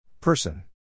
Person